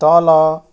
तल